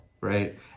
right